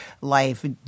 life